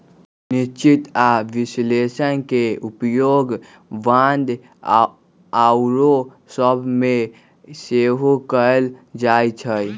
निश्चित आऽ विश्लेषण के उपयोग बांड आउरो सभ में सेहो कएल जाइ छइ